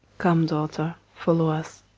come, daughter, follow us.